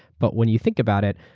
but when you think about it,